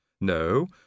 No